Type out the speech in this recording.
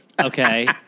okay